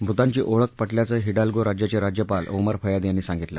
मृतांची ओळख पा ियाचं हिडाल्गो राज्याचे राज्यपाल ओमर फयाद यांनी सांगितलं